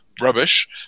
Rubbish